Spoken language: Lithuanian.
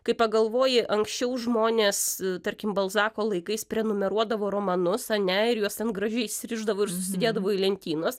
kai pagalvoji anksčiau žmonės tarkim balzako laikais prenumeruodavo romanus ane ir juos ten gražiai įsirišdavo ir susidėdavo į lentynas